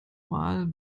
mal